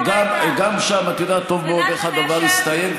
גם שם את יודעת טוב מאוד איך הדבר הסתיים,